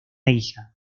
hija